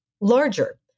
larger